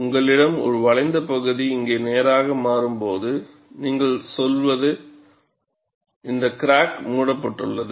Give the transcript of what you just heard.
உங்களிடம் ஒரு வளைந்த பகுதி இங்கே நேராக மாறும் போது நீங்கள் சொல்வது இந்த கிராக் மூடப்பட்டுள்ளது